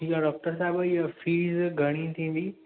ठीकु आहे डॉक्टर साहिबु इहो फीस घणी थींदी